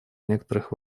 некоторых